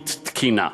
משילות תקינה.